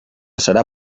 serà